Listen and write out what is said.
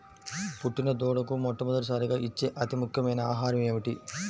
పుట్టిన దూడకు మొట్టమొదటిసారిగా ఇచ్చే అతి ముఖ్యమైన ఆహారము ఏంటి?